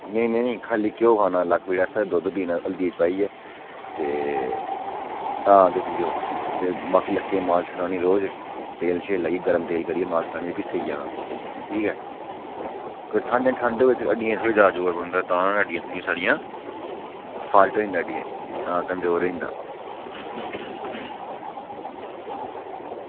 नेईं नेईं खाल्ली घ्यो खाना ते हल्दी पाइयै दुद्ध पीना ते आं देसी घ्यो ते कन्नै लक्कै ई मालश करानी रोज़ तेल लाइयै गर्म लाइयै भी मालश करानी ते सेई जाना ठीक ऐ ते ठंड च हड्डियें उप्पर बड़ा गै जोर पौंदा ते तां गै साढ़ियां हड्डियां फॉल्ट होई जंदा हड्डियें च कमजोर होई जंदा